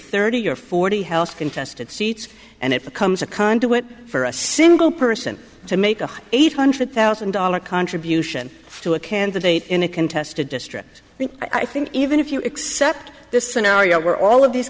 thirty or forty house contested seats and it becomes a conduit for a single person to make a eight hundred thousand dollars contribution to a candidate in a contested district i think even if you accept this scenario where all of these